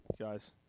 guys